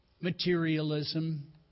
Materialism